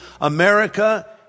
America